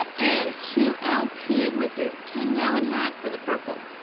and two lp with your ten-gallon hat for the purple.